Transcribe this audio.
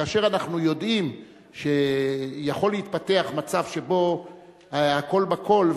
כאשר אנחנו יודעים שיכול להתפתח מצב שבו הכול בכול,